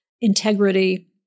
integrity